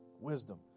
Wisdom